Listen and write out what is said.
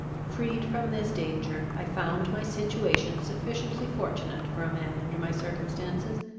freed from this danger, i found my situation sufficiently fortunate for a man under my circumstances.